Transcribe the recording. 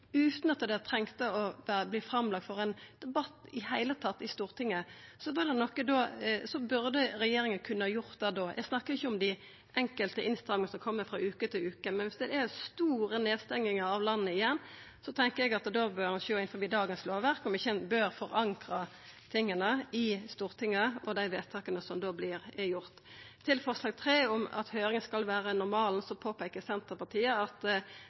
utan at ein trong å leggja det fram til debatt i Stortinget, burde regjeringa kunne ha gjort det da. Eg snakkar ikkje om dei enkelte innstrammingane som kjem frå uke til uke, men viss det skjer store nedstengingar av landet igjen, bør ein sjå om ein ikkje innanfor dagens lovverk kan forankra det og dei vedtaka som da vert gjort, i Stortinget. Til forslag nr. 3, om at høyring skal vera normalen, påpeiker Senterpartiet at